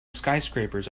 skyscrapers